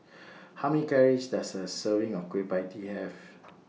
How Many Calories Does A Serving of Kueh PIE Tee Have